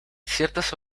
ciertas